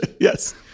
Yes